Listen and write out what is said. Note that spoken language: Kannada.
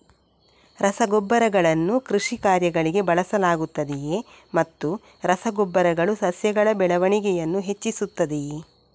ರಸಗೊಬ್ಬರಗಳನ್ನು ಕೃಷಿ ಕಾರ್ಯಗಳಿಗೆ ಬಳಸಲಾಗುತ್ತದೆಯೇ ಮತ್ತು ರಸ ಗೊಬ್ಬರಗಳು ಸಸ್ಯಗಳ ಬೆಳವಣಿಗೆಯನ್ನು ಹೆಚ್ಚಿಸುತ್ತದೆಯೇ?